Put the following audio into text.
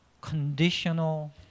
conditional